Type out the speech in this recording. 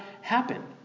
happen